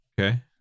Okay